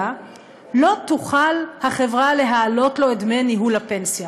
לא תוכל החברה להעלות לו את דמי ניהול הפנסיה